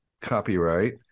copyright